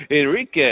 Enrique